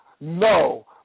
No